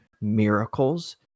miracles